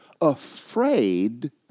afraid